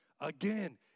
Again